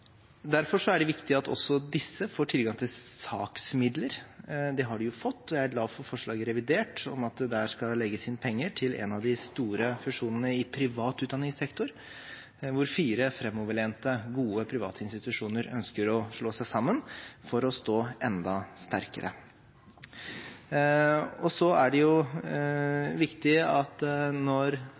Derfor er det viktig at også disse får tilgang til saksmidler. Det har de fått, og jeg er glad for forslaget om at det i revidert skal legges inn penger til en av de store fusjonene i privat utdanningssektor, hvor fire framoverlente, gode private institusjoner ønsker å slå seg sammen for å stå enda sterkere. Så er det viktig, når regjeringen kommer tilbake med endringer i finansieringssystemet, at